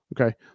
Okay